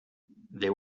they